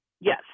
Yes